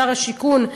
שר השיכון,